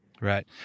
Right